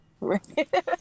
Right